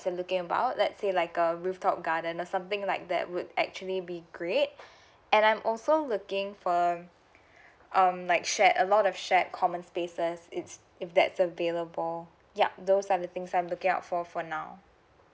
is looking about let's say like a rooftop garden or something like that would actually be great and I'm also looking for um um like shared a lot of shared common spaces it's if that's available yup those are the things that I'm looking out for for now